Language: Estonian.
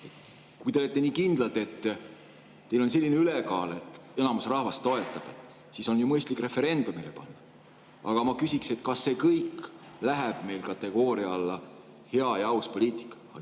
Kui te olete nii kindlad, et teil on selline ülekaal, et enamus rahvast toetab, siis on mõistlik referendum teha. Aga ma küsiksin, kas see kõik läheb meil kategooria "hea ja aus poliitika"